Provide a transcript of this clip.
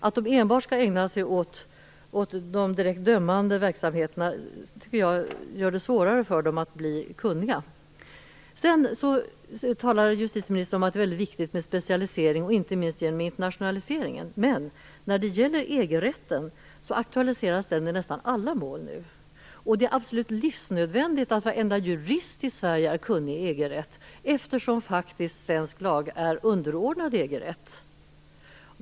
Att de enbart skall ägna sig åt de direkt dömande verksamheterna tycker jag kan göra det svårare för dem att bli kunniga. Sedan talar justitieministern om att det är väldigt viktigt med specialisering - inte minst genom internationaliseringen. Men EG-rätten aktualiseras nu i nästan alla mål. Det är absolut livsnödvändigt att varenda jurist i Sverige är kunnig i EG-rätt eftersom svensk lag faktiskt är underordnad EG-rätt.